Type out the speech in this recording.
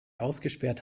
ausgesperrt